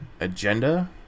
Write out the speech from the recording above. agenda